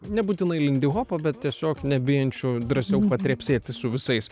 nebūtinai lindihopo bet tiesiog nebijančių drąsiau patrepsėti su visais